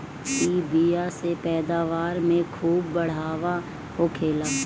इ बिया से पैदावार में खूब बढ़ावा होखेला